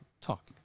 talk